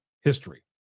history